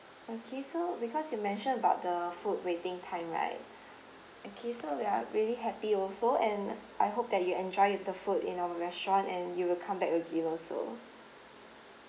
okay so because you mention about the food waiting time right okay so we're really happy also and I hope that you enjoy the food in our restaurant and you will come back a giver also